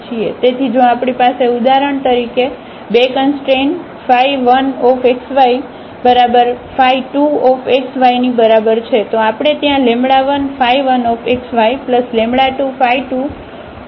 તેથી જો આપણી પાસે ઉદાહરણ તરીકે બે કંસટ્રેન 1xy બરાબર 2xy ની બરાબર છે તો આપણે ત્યાં 11xy22xy વધુ લેમ્બડા રજૂ કરીશું